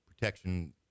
protection